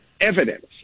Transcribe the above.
evidence